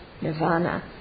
nirvana